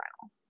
final